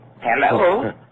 hello